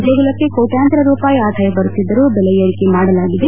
ದೇಗುಲಕ್ಷೆ ಕೋಟ್ಟಾಂತರ ರೂಪಾಯಿ ಆದಾಯ ಬರುತ್ತಿದ್ದರೂ ಬೆಲೆ ಏರಿಕೆ ಮಾಡಲಾಗಿದೆ